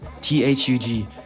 T-H-U-G